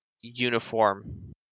uniform